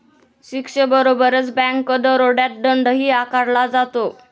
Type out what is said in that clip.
शिक्षेबरोबरच बँक दरोड्यात दंडही आकारला जातो